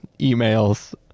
emails